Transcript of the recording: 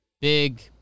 big